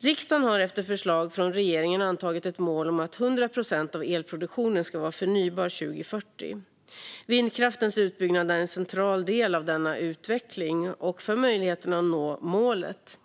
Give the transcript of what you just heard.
Riksdagen har efter förslag från regeringen antagit ett mål om att 100 procent av elproduktionen ska vara förnybar 2040. Vindkraftens utbyggnad är en central del av denna utveckling och för möjligheterna att nå det målet.